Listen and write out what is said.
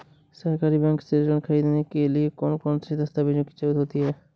सहकारी बैंक से ऋण ख़रीदने के लिए कौन कौन से दस्तावेजों की ज़रुरत होती है?